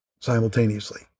simultaneously